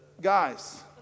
Guys